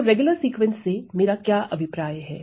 तो regular sequence से मेरा क्या अभिप्राय है